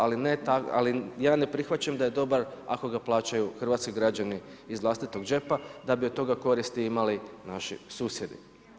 Ali, ja ne prihvaćam da je dobar ako ga plaćaju hrvatski građani iz vlastitog džepa da bi od toga koristi imali naši susjedi.